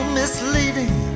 misleading